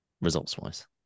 results-wise